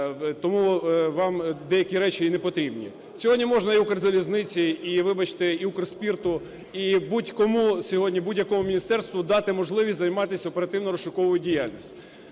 тому вам деякі речі і непотрібні. Сьогодні можна і "Укрзалізниці" і, вибачте, і "Укрспирту", і будь-кому сьогодні, будь-якому міністерству дати можливість займатися оперативно-розшуковою діяльністю.